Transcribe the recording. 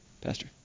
Pastor